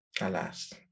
alas